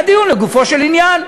היה דיון לגופו של עניין.